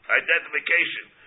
identification